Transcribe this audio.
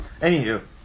Anywho